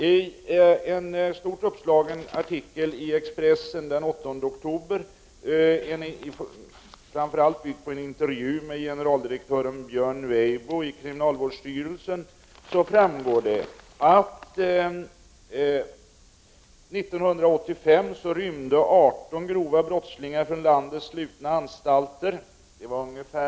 I en stort uppslagen artikel i Expressen den 8 oktober, som framför allt bygger på en intervju med en generaldirektör Björn Weibo i kriminalvårdsstyrelsen, framgår att 18 brottslingar dömda för grova brott rymde från landets slutna anstalter år 1985.